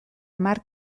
hamar